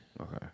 Okay